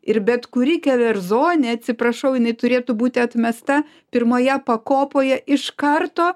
ir bet kuri keverzonė atsiprašau jinai turėtų būti atmesta pirmoje pakopoje iš karto